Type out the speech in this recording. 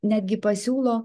netgi pasiūlo